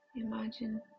Imagine